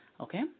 Okay